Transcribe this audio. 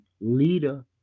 leader